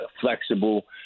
flexible